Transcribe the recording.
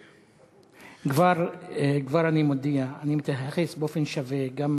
כבר אני מודיע: אני מתייחס באופן שווה גם